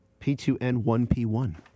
P2N1P1